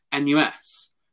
NUS